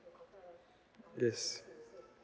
yes